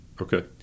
Okay